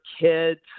kids